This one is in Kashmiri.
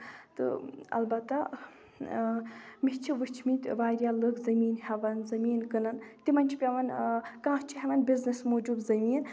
تہٕ اَلبتہ مےٚ چھِ وٕچھۍ مٕتۍ واریاہ لٕکھ زٔمیٖن ہیوان زٔمیٖن کٕنان تِمن چھُ پیوان کانٛہہ چھُ ہیوان بِزنِس موجوٗب زٔمیٖن